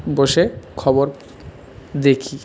বসে খবর দেখি